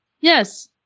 yes